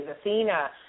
Athena